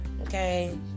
okay